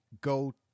go